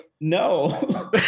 no